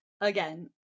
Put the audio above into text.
again